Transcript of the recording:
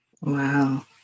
Wow